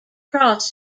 cross